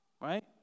right